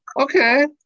Okay